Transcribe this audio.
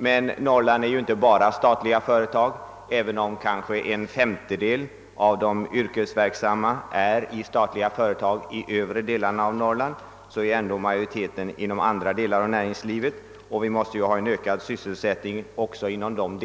Men Norrland har ju inte bara statliga företag. även om kanske en femtedel av de yrkesverksamma är anställda i statliga företag i de övre delarna av Norrland, är ändå majoriteten sysselsatt inom andra områden av näringslivet, och vi måste ju också försöka ge en ökad sysselsättning åt dem,